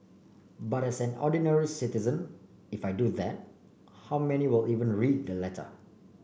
but as an ordinary citizen if I do that how many will even read the letter